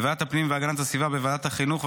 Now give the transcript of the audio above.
בוועדת הפנים והגנת הסביבה ובוועדת החינוך,